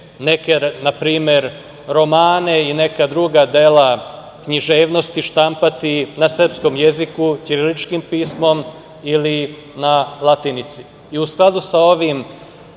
će neke romane ili neka druga dela književnosti štampati na srpskom jeziku ćiriličnim pismom ili na latinici. U skladu sa ovim